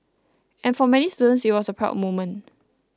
and for many students it was a proud moment